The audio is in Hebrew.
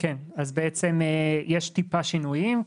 בעצם יש טיפה שינויים,